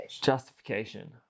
Justification